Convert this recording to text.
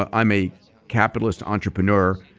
i'm a capitalist entrepreneur,